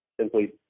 simply